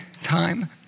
time